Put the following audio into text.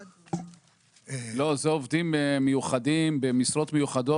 לא, אלה עובדים מיוחדים במשרות מיוחדות.